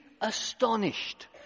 astonished